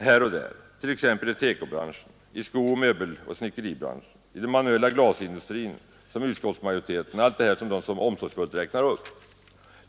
här och där, t.ex. i tekobranschen, i sko-, möbeloch snickeribranschen och i den manuella glasindustrin — alla dessa områden som utskottsmajoriteten så omsorgsfullt räknar upp.